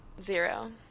Zero